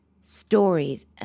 stories